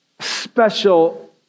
special